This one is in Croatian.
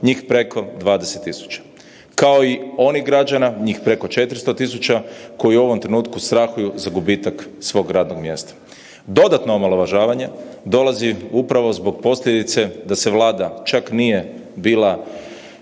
njih preko 20.000 kao i onih građana njih preko 400.000 koji u ovom trenutku strahuju za gubitak svog radnog mjesta. Dodatno omalovažavanje dolazi upravo zbog posljedice da se Vlada čak nije bila